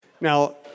Now